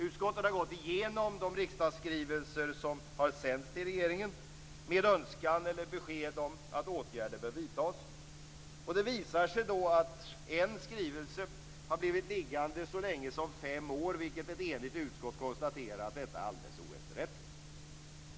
Utskottet har gått igenom de riksdagsskrivelser som har sänts till regeringen med önskan eller besked om att åtgärder bör vidtas. Det visar sig då att en skrivelse har blivit liggande så länge som fem år. Ett enigt utskott konstaterar att detta är alldeles oefterrättligt.